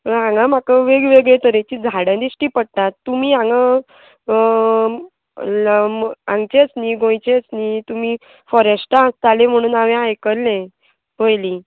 हांगा म्हाका वेगवेगळे तरेचीं झाडां दिश्टी पडटात तुमी हांगा हांगचेच न्ही गोंयचेच न्ही तुमी फॉरेस्टा आसताले म्हणून हांवें आयकल्ले पयलीं